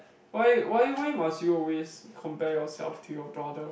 why why why must you always compare yourself to your brother